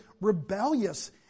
rebellious